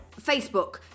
Facebook